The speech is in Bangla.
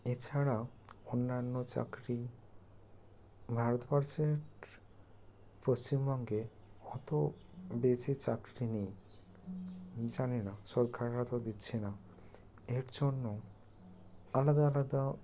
এছাড়াও অন্যান্য চাকরি ভারতবর্ষের পশ্চিমবঙ্গে অত বেশি চাকরি নেই জানি না সরকার হয়তো দিচ্ছে না এর জন্য আলাদা আলাদা